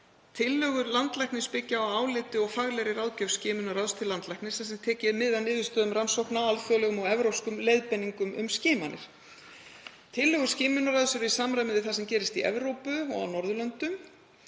Tillögur landlæknis byggja á áliti og faglegri ráðgjöf skimunarráðs til landlæknis þar sem tekið er mið af niðurstöðum rannsókna á alþjóðlegum og evrópskum leiðbeiningum um skimanir, tillögur skimunarráðs er í samræmi við það sem gerist í Evrópu og á Norðurlöndum.